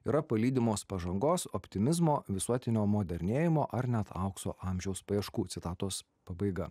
yra palydimos pažangos optimizmo visuotinio modernėjimo ar net aukso amžiaus paieškų citatos pabaiga